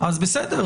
אז בסדר,